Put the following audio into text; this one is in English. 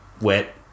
wet